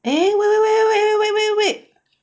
eh wait wait wait wait wait wait wait